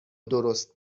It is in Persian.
درست